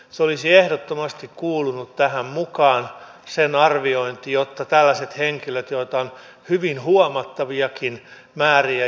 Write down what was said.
se olisi ehdottomasti kuulunut tähän mukaan sen arviointi jotta tällaiset henkilöt joita on hyvin huomattaviakin määriä